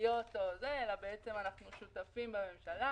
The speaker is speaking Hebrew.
חוקתיות אלא בעצם אנחנו שותפים בממשלה